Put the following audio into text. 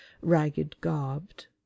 ragged-garbed